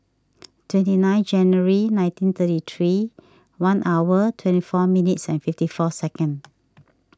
twenty nine January nineteen thirty three one hour twenty four minutes and fifty four second